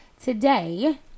today